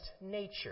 nature